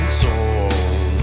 soul